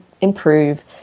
improve